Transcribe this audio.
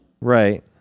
right